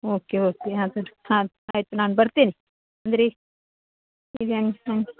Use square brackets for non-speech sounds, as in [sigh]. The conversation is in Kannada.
ಓಕೆ ಓಕೆ ಹಾಂ ಸರಿ ಹಾಂ ಆಯ್ತು ನಾನು ಬರ್ತೇನೆ ಅಂದರೆ [unintelligible]